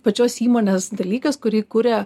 pačios įmonės dalykas kurį kuria